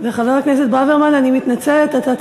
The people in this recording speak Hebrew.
חבר הכנסת ברוורמן, אני מתנצלת, אתה צדקת,